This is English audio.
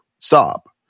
stop